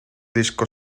disco